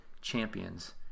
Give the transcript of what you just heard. champions